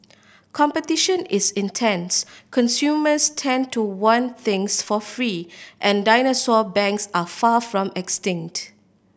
competition is intense consumers tend to want things for free and dinosaur banks are far from extinct